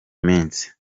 minsi